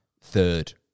third